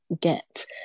get